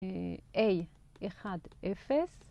איי אחד אפס